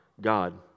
God